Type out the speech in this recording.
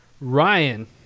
ryan